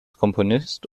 komponist